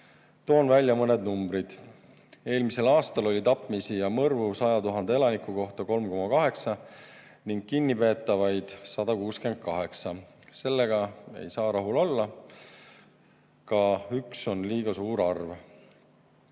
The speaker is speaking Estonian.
Toon välja mõned numbrid. Eelmisel aastal oli tapmisi ja mõrvu 100 000 elaniku kohta 3,8 ning kinnipeetavaid 168. Sellega ei saa rahul olla. Ka 1 on liiga suur